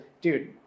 Dude